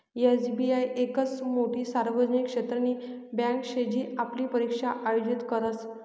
SBI येकच मोठी सार्वजनिक क्षेत्रनी बँके शे जी आपली परीक्षा आयोजित करस